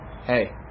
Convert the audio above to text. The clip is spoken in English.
Hey